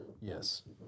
Yes